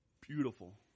Beautiful